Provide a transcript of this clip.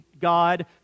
God